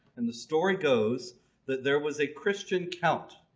and the story goes that there was a christian count,